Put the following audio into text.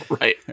right